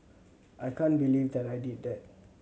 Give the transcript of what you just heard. I can't believe that I did that